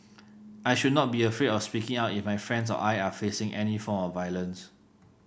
I should not be afraid of speaking out if my friends or I are facing any form of violence